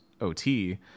OT